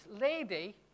lady